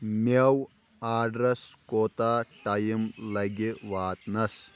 مٮ۪وٕ آڈرَس کوٗتاہ ٹایِم لگہِ واتنَس